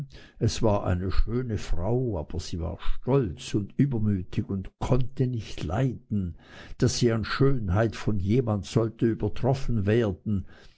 es war eine schöne frau aber sie war stolz und übermütig und konnte nicht leiden daß sie an schönheit von jemand sollte übertroffen werden